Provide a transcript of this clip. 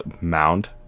mound